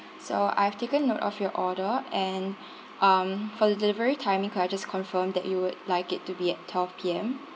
so I've taken note of your order and um for the delivery timing could I just confirm that you would like it to be at twelve P_M